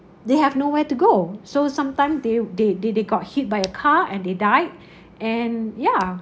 they have nowhere to go so sometime they they they they got hit by a car and they died and yeah